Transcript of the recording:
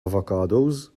avocados